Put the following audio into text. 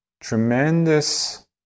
tremendous